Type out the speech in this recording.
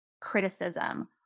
criticism